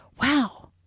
wow